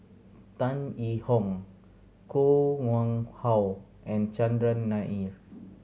Tan Yee Hong Koh Nguang How and Chandran Nair